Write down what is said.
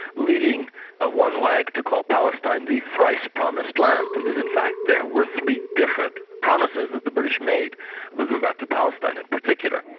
leading ah one wag to call palestine the thrice-promised land. it was in fact there were to be different promises that the british made with regards to palestine in particular.